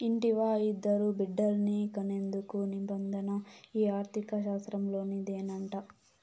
ఇంటివా, ఇద్దరు బిడ్డల్ని కనేందుకు నిబంధన ఈ ఆర్థిక శాస్త్రంలోనిదేనంట